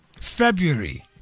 February